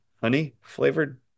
honey-flavored